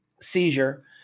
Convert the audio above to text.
seizure